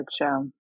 show